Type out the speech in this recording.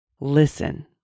Listen